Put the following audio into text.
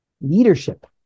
Leadership